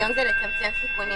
לצמצם סיכונים